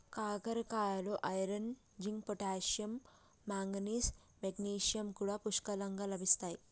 కాకరకాయలో iron, zinc, potassium, manganese, magnesium కూడా పుష్కలంగా లభిస్తాయి